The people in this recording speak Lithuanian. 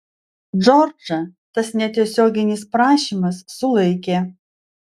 džordžą tas netiesioginis prašymas sulaikė